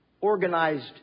organized